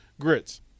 Grits